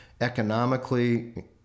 economically